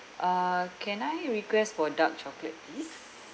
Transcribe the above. uh can I request for dark chocolate please